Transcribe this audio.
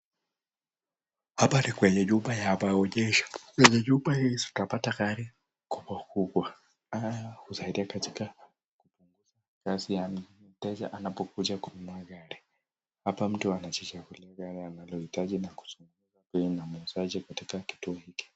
Hapa ni kwenye nyumba ya maonyesho. Kwenye nyumba hii tunapata gari kubwa kubwa. Haya husaidia katika kupunguza kazi ya mnunuzi anapokuja kununua gari. Hapa mtu anajichagulia gari analolihitaji na kuzungumza bei na muuzaji katika kituo hili.